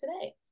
today